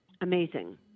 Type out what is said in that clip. amazing